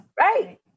Right